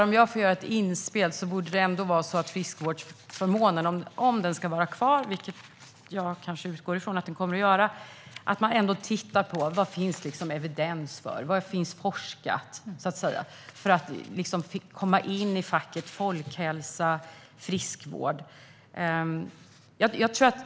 Om jag får göra ett inspel så borde man inom friskvårdsförmånen - om den ska vara kvar, vilket jag utgår ifrån att den ska vara - titta på vad det finns för evidens och forskning för att det ska ingå i begreppet folkhälsa och friskvård.